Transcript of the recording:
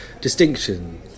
distinction